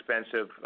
expensive